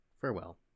Farewell